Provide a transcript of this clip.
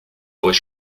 aurait